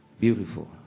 Beautiful